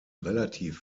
relativ